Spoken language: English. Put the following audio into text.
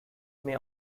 may